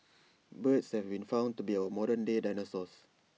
birds have been found to be our modern day dinosaurs